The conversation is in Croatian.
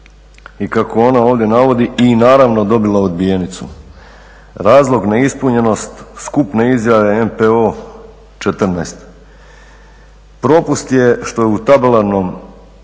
i kako onda ovdje navodi i naravno dobila odbijenicu. Razlog neispunjenost skupne izjave MPO14. Propust je što je u tabelarnom